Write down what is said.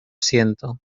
siento